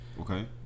Okay